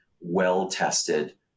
well-tested